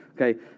Okay